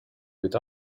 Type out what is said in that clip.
with